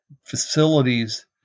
facilities